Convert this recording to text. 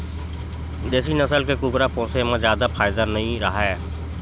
देसी नसल के कुकरा पोसे म जादा फायदा नइ राहय